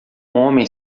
homem